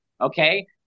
okay